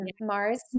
Mars